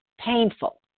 painful